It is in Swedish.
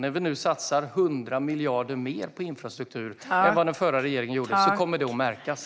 När vi nu satsar 100 miljarder mer på infrastruktur än vad den förra regeringen gjorde kommer det att märkas.